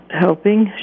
helping